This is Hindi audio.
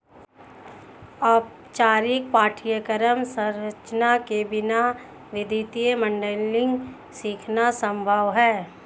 औपचारिक पाठ्यक्रम संरचना के बिना वित्तीय मॉडलिंग सीखना संभव हैं